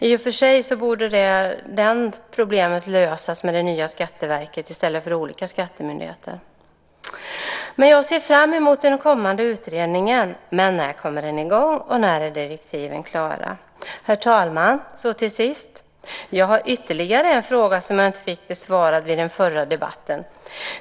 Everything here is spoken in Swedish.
I och för sig borde det problemet lösas med det nya Skatteverket i stället för olika skattemyndigheter. Jag ser fram emot den kommande utredningen. Men när kommer den i gång, och när är direktiven klara? Herr talman! Till sist har jag ytterligare en fråga som jag inte fick besvarad vid den förra debatten.